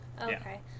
Okay